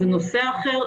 זה נושא אחר,